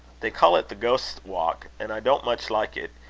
they call it the ghost's walk, and i don't much like it.